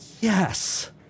Yes